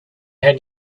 had